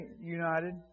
united